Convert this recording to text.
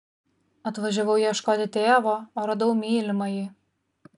atvažiavau ieškoti tėvo o radau mylimąjį